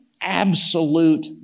absolute